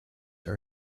are